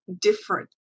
different